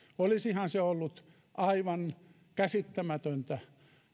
olisihan se ollut aivan käsittämätöntä